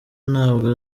nabwo